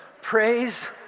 praise